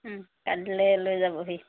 ও কাইলৈ লৈ যাবহি